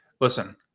Listen